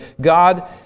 God